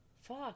Fuck